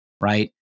right